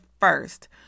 First